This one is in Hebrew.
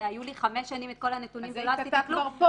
שהיו לי חמש שנים את כל הנתונים ולא עשיתי כלום,